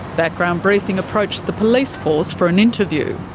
background briefing approached the police force for an interview.